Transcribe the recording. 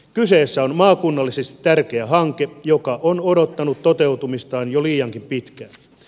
kyseessä on maakunnallisesti tärkeä hanke joka on odottanut toteuttamistaan jo liiankin pitkään